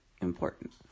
important